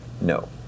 No